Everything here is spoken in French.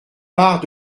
part